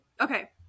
Okay